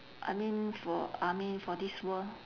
I mean for I mean for this world